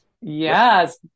Yes